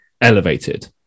elevated